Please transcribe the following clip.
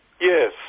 Yes